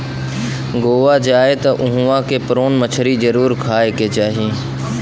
गोवा जाए त उहवा के प्रोन मछरी जरुर खाए के चाही